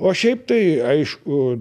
o šiaip tai aišku